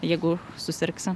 jeigu susirgsi